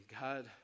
God